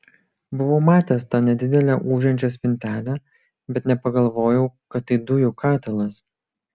buvau matęs tą nedidelę ūžiančią spintelę bet nepagalvojau kad tai dujų katilas